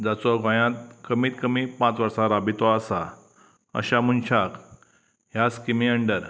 जाचो गोंयांत कमीत कमी पांच वर्सां राबितो आसा अश्या मनशाक ह्या स्किमी अंडर